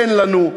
אין לנו.